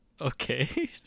Okay